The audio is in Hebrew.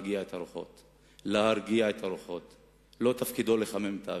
להרגיע את הרוחות, תפקידו לא לחמם את האווירה.